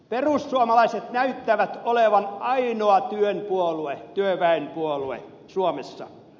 perussuomalaiset näyttävät olevan ainoa työn puolue työväenpuolue suomessa